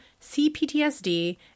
CPTSD